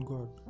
God